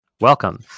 Welcome